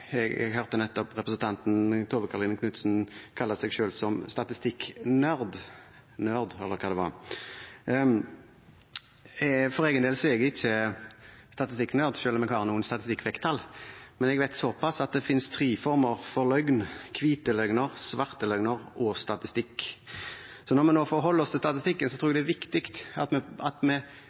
Jeg hørte nettopp representanten Tove Karoline Knutsen kalle seg «statistikknerd». For egen del er jeg ikke statistikknerd, selv om jeg har noen statistikkvekttall, men jeg vet såpass at det finnes tre former for løgn: hvite løgner, svarte løgner og statistikk. Når vi nå forholder oss til statistikken, tror jeg det er viktig at vi forholder oss til den samme statistikken, at vi